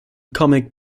comic